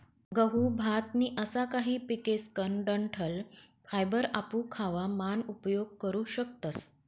गहू, भात नी असा काही पिकेसकन डंठल फायबर आपू खावा मान उपयोग करू शकतस